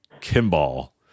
Kimball